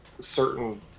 certain